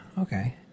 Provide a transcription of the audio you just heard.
okay